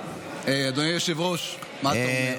אדוני היושב-ראש, מה אתה אומר?